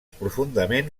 profundament